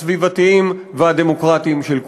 הסביבתיים והדמוקרטיים של כולנו.